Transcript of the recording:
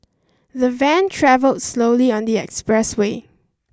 the van travelled slowly on the expressway